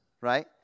right